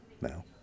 now